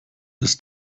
ist